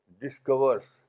discovers